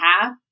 half